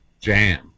jam